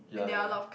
yeah yeah